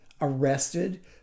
arrested